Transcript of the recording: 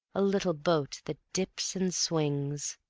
a little boat that dips and swings.